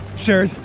sharers,